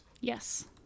Yes